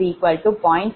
5 0